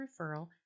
referral